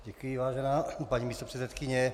Děkuji, vážená paní místopředsedkyně.